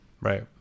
Right